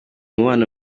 umubano